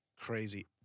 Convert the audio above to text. crazy